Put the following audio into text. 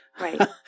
Right